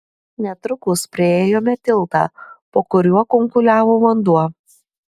netrukus priėjome tiltą po kuriuo kunkuliavo vanduo